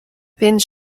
więc